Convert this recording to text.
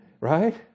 Right